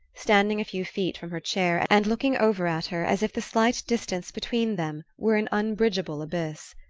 standing a few feet from her chair, and looking over at her as if the slight distance between them were an unbridgeable abyss.